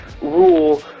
rule